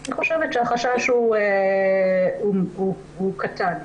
אני חושבת שהחשש הוא קטן.